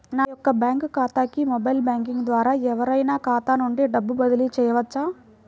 నా యొక్క బ్యాంక్ ఖాతాకి మొబైల్ బ్యాంకింగ్ ద్వారా ఎవరైనా ఖాతా నుండి డబ్బు బదిలీ చేయవచ్చా?